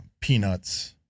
peanuts